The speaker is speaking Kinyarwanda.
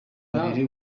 babiri